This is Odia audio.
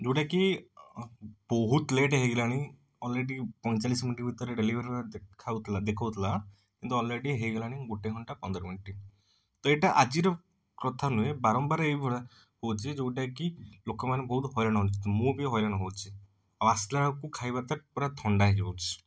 ଯଉଟା କି ବହୁତ ଲେଟ ହେଇଗଲାଣି ଅଲରେଡ଼ି ପଇଁଚାଳିଶି ମିନିଟ୍ ଭିତରେ ଡ଼େଲିଭରି ଦେଖାଉ ଥିଲା ଦେଖଉ ଥିଲା କିନ୍ତୁ ଅଲରେଡ଼ି ହେଇଗଲାଣି ଗୋଟେ ଘଣ୍ଟା ପନ୍ଦର ମିନିଟ୍ ତ ଏଇଟା ଆଜିର କଥା ନୁହେଁ ବାରମ୍ବାର ଏଇ ଭଳିଆ ହେଉଛି ଯେଉଁଟା କି ଲୋକମାନଙ୍କୁ ବହୁତ ହଈରାଣ ହେଉଛନ୍ତି ମୁଁ ବି ହଈରାଣ ହେଉଛି ଓ ଆସିଲା ବେଳକୁ ଖାଇବା ଟା ପୁରା ଥଣ୍ଡା ହେଇଯାଉଛି